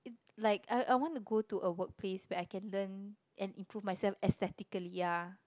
like I I want to go to a workplace where I can learn and improve myself aesthetically ya